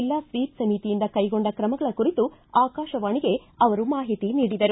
ಜಿಲ್ಲಾ ಸ್ವೀಪ್ ಸಮಿತಿವತಿಯಿಂದ ಕೈಗೊಂಡ್ಕಕಮಗಳ ಕುರಿತು ಆಕಾಶವಾಣಿಗೆ ಅವರು ಮಾಹಿತಿ ನೀಡಿದರು